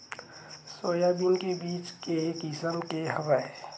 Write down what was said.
Soybean के बीज के किसम के हवय?